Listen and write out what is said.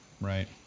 Right